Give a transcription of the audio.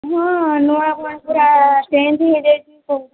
ହଁ ନୂଆ ଭଳି ପୁରା ଚେଞ୍ଜ ହେଇଯାଇଛି କହୁଛନ୍ତି